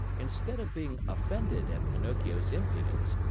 instead of being offended at pinocchio's impudence,